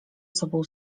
sobą